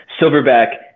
Silverback